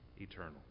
eternal